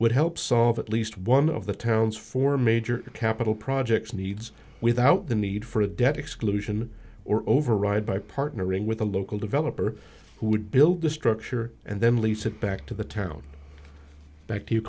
would help solve at least one of the town's four major capital projects needs without the need for a debt exclusion or override by partnering with a local developer who would build the structure and then lease it back to the town